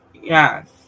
Yes